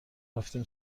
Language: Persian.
رفتیم